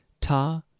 ta